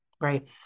Right